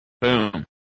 Boom